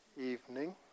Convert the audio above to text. Evening